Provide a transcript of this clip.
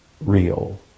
real